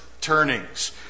turnings